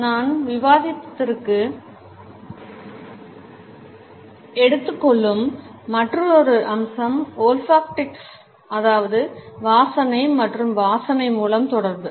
நான் விவாதத்திற்கு எடுத்துக்கொள்ளும் மற்றொரு அம்சம் ஓல்ஃபாக்டிக்ஸ் அதாவது வாசனை மற்றும் வாசனை மூலம் தொடர்பு